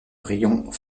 rions